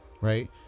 Right